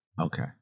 okay